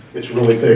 it's really